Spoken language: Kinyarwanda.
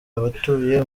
abatuye